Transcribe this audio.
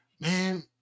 man